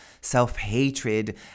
self-hatred